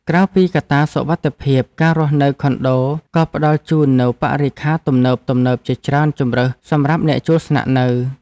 ក្រៅពីកត្តាសុវត្ថិភាព ការរស់នៅខុនដូក៏ផ្តល់ជូននូវបរិក្ខារទំនើបៗជាច្រើនជម្រើសសម្រាប់អ្នកជួលស្នាក់នៅ។